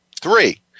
Three